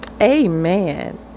Amen